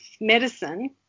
medicine